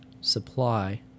supply